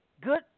good